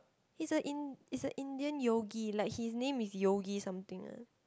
is a in~ is a Indian yogi like his name is Yogi something lah